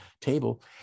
table